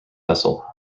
vessel